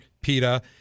PETA